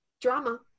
drama